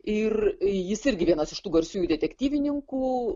ir jis irgi vienas iš tų garsiųjų detektyvininkų